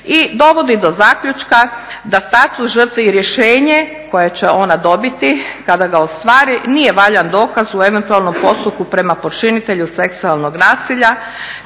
i dovodi do zaključka da status žrtvi i rješenje koje će ona dobiti kada ga ostvari nije valjan dokaz u eventualnom postupku prema počinitelju seksualnog nasilja,